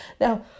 now